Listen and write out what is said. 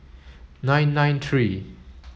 nine nine three